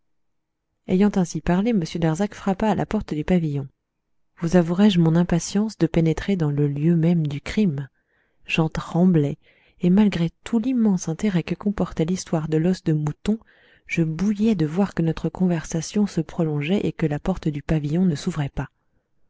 ayant ainsi parlé m darzac frappa à la porte du pavillon vous avouerai-je mon impatience de pénétrer dans le lieu même du crime j'en tremblais et malgré tout l'immense intérêt que comportait l'histoire de l'os de mouton je bouillais de voir que notre conversation se prolongeait et que la porte du pavillon ne s'ouvrait pas